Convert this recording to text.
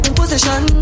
position